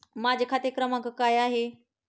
माझा खाते क्रमांक काय आहे?